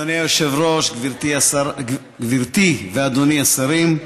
אדוני היושב-ראש, גברתי ואדוני השרים,